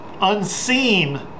unseen